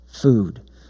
food